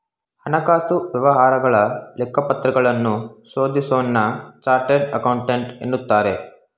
ಹಣಕಾಸು ವ್ಯವಹಾರಗಳ ಲೆಕ್ಕಪತ್ರಗಳನ್ನು ಶೋಧಿಸೋನ್ನ ಚಾರ್ಟೆಡ್ ಅಕೌಂಟೆಂಟ್ ಎನ್ನುತ್ತಾರೆ